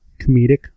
comedic